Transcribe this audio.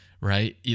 right